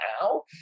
now